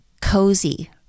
Cozy